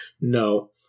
No